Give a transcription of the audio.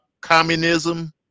communism